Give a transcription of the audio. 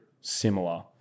similar